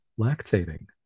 lactating